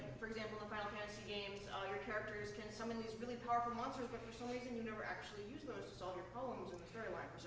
for example, the final fantasy games ah your character can summon these really powerful monsters, but for some reason you never actually use those to solve your problems in the storyline,